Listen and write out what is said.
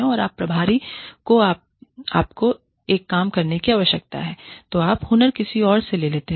तो आप प्रभारी हो आपको एक काम करने की आवश्यकता है तो आप हुनर किसी और से ले लेते हैं